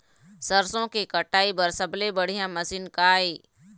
सरसों के कटाई बर सबले बढ़िया मशीन का ये?